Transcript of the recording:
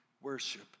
worship